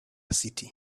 city